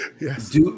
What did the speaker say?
Yes